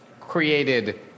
created